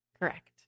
Correct